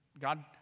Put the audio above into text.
God